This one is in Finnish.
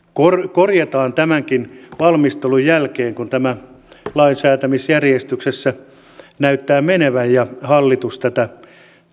korjataan tämänkin valmistelun jälkeen kun tämä lainsäätämisjärjestyksessä näyttää menevän ja hallitus tätä